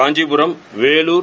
Kanchipuram Vellore